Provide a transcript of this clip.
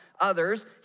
others